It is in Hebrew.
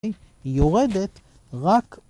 ‫היא יורדת רק